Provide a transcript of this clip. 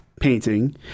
painting